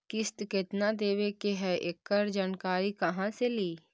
किस्त केत्ना देबे के है एकड़ जानकारी कहा से ली?